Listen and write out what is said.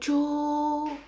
so